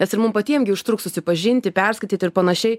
nes ir mum patiem gi užtruks susipažinti perskaityti ir panašiai